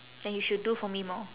then you should do for me more